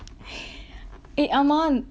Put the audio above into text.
eh ஆமா:aamaa